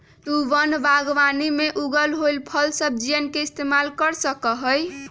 तु वन बागवानी में उगल होईल फलसब्जियन के इस्तेमाल कर सका हीं